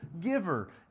giver